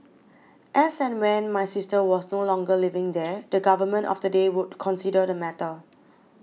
as and when my sister was no longer living there the Government of the day would consider the matter